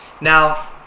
Now